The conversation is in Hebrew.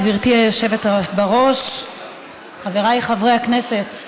גברתי היושבת-ראש, חבריי חברי הכנסת,